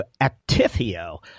Actifio